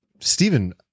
Stephen